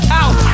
out